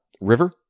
River